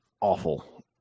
awful